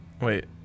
Wait